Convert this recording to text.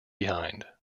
behind